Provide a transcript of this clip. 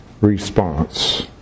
response